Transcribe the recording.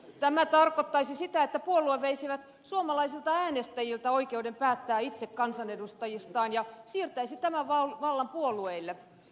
tämä tarkoittaisi sitä että puolueet veisivät suomalaisilta äänestäjiltä oikeuden päättää itse kansanedustajistaan ja siirtäisi tämän vallan puolueille